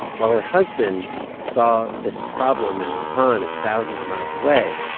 while her husband saw this problem in wuhan as thousands of miles away,